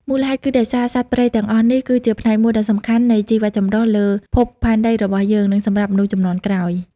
មូលហេតុគឺដោយសារសត្វព្រៃទាំងអស់នេះ គឺជាផ្នែកមួយដ៏សំខាន់នៃជីវចម្រុះលើភពផែនដីរបស់យើង និងសម្រាប់មនុស្សជំនាន់ក្រោយ។